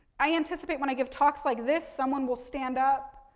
i anticipate when i give talks like this, someone will stand up.